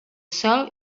sol